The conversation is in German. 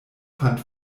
fand